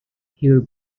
her